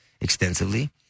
extensively